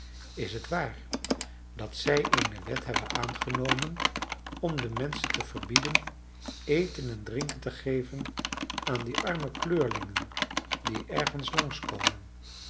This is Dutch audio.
is het waar dat zij eene wet hebben aangenomen om de menschen te verbieden eten en drinken te geven aan die arme kleurlingen die ergens